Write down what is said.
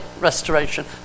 restoration